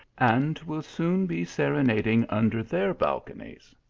and will soon be serenading under their balconies,